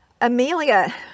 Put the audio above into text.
Amelia